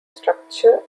structure